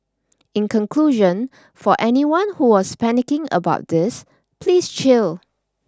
in conclusion for anyone who was panicking about this please chill